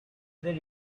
they